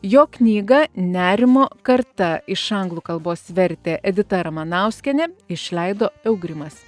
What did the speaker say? jo knygą nerimo karta iš anglų kalbos vertė edita ramanauskienė išleido eugrimas